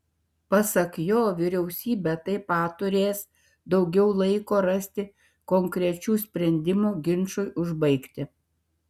pasak jo vyriausybė taip pat turės daugiau laiko rasti konkrečių sprendimų ginčui užbaigti